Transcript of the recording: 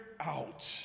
out